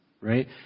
right